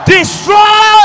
Destroy